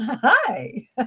Hi